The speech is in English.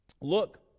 Look